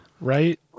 Right